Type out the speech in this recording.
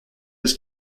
his